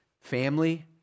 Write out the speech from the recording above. family